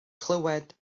clywed